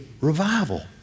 revival